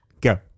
Go